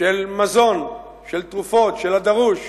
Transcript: של מזון, של תרופות, של הדרוש,